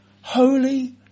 Holy